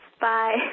Bye